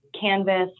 canvas